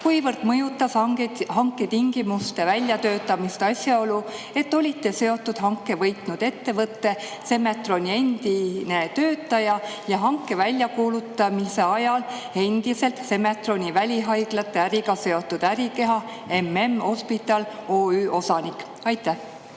Kuivõrd mõjutas hanketingimuste väljatöötamist asjaolu, et te olite hanke võitnud ettevõtte Semetron endine töötaja ja hanke väljakuulutamise ajal endiselt Semetroni välihaiglate äriga seotud ärikeha MM Hospital OÜ osanik? Aitäh,